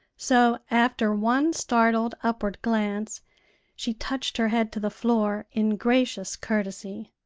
so after one startled upward glance she touched her head to the floor in gracious courtesy.